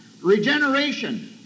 regeneration